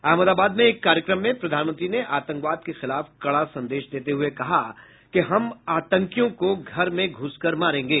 अहमदाबाद में एक कार्यक्रम में प्रधानमंत्री ने आतंकवाद के खिलाफ कड़ा संदेश देते हुए कहा कि हम आतंकियों को घर में घुसकर मारेंगे